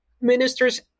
Ministers